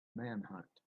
manhunt